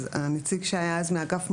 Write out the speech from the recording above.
אז הנציג שהיה אז מאגף מורשת,